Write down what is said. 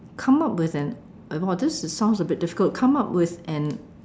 come up with an !wow! this sounds a bit difficult come up with an